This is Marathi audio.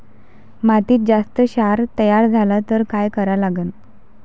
मातीत जास्त क्षार तयार झाला तर काय करा लागन?